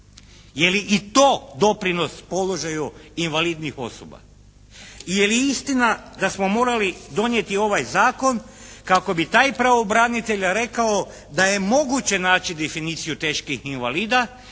Je li i to doprinos položaju invalidnih osoba? Je li istina da smo morali donijeti ovaj zakon kako bi taj pravobranitelj rekao da je moguće naći definiciju teških invalida